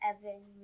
Evan